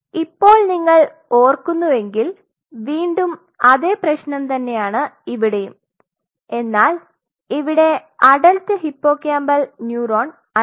ഇപ്പോൾ നിങ്ങൾ ഓർക്കുന്നുവെങ്കിൽ വീണ്ടും അതേ പ്രശ്നം തന്നെയാണ് ഇവിടെയും എന്നാൽ ഇവിടെ അഡൽറ്റ് ഹിപ്പോകാമ്പൽ ന്യൂറോൺ അല്ല